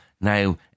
Now